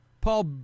Paul